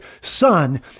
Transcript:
son